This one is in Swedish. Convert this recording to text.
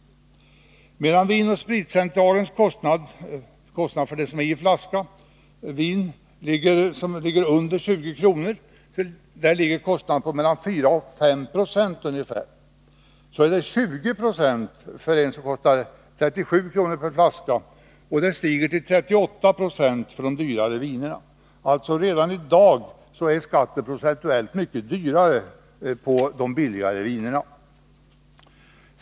Medan Vin & spritcentralens kostnad för en flaska vin i prisläget under 20 kr. ligger på 4-5 96, ligger kostnaden vid 20 96 för en flaska som kostar 37 kr. Siffran stiger till 38 26 för de dyraste vinerna. Skatten är alltså redan i dag procentuellt mycket högre på de billigare vinerna.